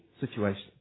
situation